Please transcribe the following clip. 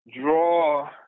draw